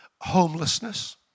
homelessness